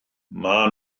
mae